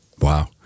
wow